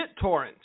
BitTorrent